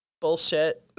bullshit